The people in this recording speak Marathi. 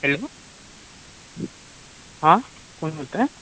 हॅलो हां कोण बोलताय